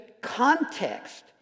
context